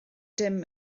dim